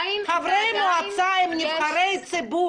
חברי מועצה הם נבחרי ציבור.